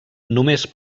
només